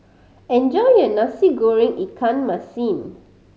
enjoy your Nasi Goreng ikan masin